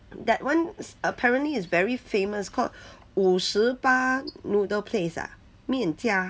that one is apparently is very famous called 五十八 noodle place ah 面家